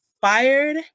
fired